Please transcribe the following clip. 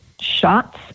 shots